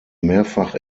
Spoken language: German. mehrfach